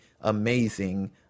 amazing